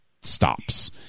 stops